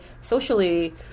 socially